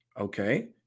Okay